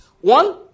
One